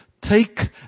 take